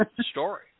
story